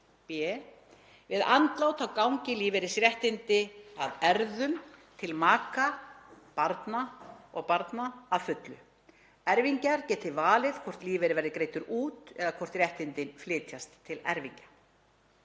b. við andlát gangi lífeyrisréttindi að erfðum til maka og barna að fullu; erfingjar geti valið hvort lífeyrir verði greiddur út eða hvort réttindin flytjist til erfingja.“